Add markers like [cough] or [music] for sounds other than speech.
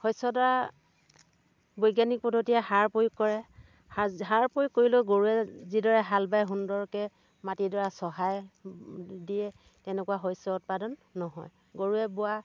শস্য় ডৰা [unintelligible] বৈজ্ঞানিক পদ্ধতিৰে সাৰ প্ৰয়োগ কৰে সাজ সাৰ প্ৰয়োগ কৰিলেও গৰুৱে যিদৰে হাল বায় সুন্দৰকে মাটি ডৰা চহায় দিয়ে তেনেকুৱা শস্য় উৎপাদন নহয় গৰুৱে বোৱা